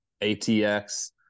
atx